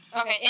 Okay